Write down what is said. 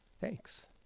thanks